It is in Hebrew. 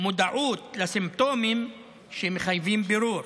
מודעות לסימפטומים שמחייבים בירור.